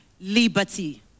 liberty